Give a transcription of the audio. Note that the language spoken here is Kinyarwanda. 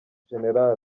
gen